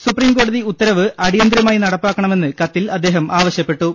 supreme കോടതി ഉത്തരവ് അടിയന്തരമായി നടപ്പാക്കണമെന്ന് കത്തിൽ അദ്ദേഹം ആവശ്യപ്പെട്ടു